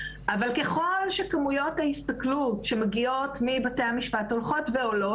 אבל ככל שכמויות ההסתכלות שמגיעות מבתי המשפט הולכות ועולות,